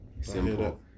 simple